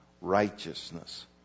righteousness